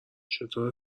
چطوره